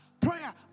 prayer